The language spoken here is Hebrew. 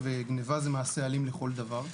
גניבה זה מעשה אלים לכל דבר.